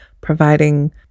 providing